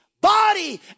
body